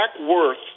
worth